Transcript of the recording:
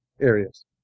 areas